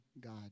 God